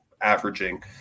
averaging